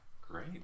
great